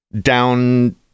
down